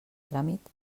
tràmit